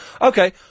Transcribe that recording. Okay